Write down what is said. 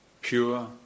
pure